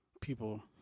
people